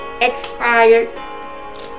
expired